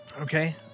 Okay